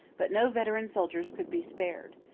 but no veteran soldiers could be spared.